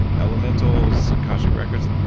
elementals, akashic records,